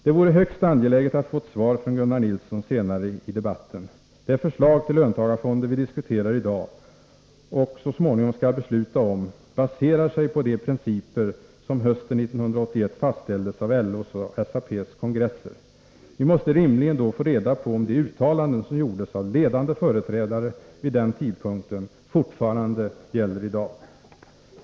Det vore högst angeläget att att få ett svar från Gunnar Nilsson senare i debatten. Det förslag till löntagarfonder vi diskuterar i dag och så småningom skall besluta om baserar sig på de principer som hösten 1981 fastställdes av LO:s och SAP:s kongresser. Vi måste rimligen då få reda på om de uttalanden som gjordes av ledande företrädare vid den tidpunkten fortfarande gäller i dag.